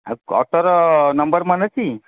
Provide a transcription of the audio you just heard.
ଆଉ ଅଟୋର ନମ୍ବର ମନେ ଅଛି